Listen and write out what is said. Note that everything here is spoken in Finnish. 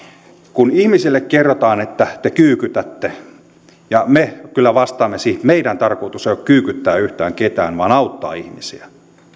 kun ihmisille kerrotaan että me kyykytämme me kyllä vastaamme siihen että meidän tarkoituksemme ei ole kyykyttää yhtään ketään vaan auttaa ihmisiä